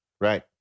Right